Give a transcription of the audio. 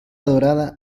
dorada